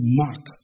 mark